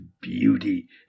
beauty